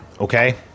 okay